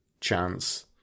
chance